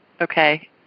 Okay